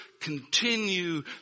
continue